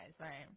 right